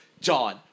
John